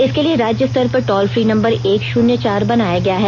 इसके लिए राज्यस्तर पर टॉल फी नंबर एक शुन्य चार बनाया गया है